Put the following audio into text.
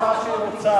היא רואה מה שהיא רוצה,